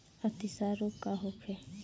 अतिसार रोग का होखे?